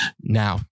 Now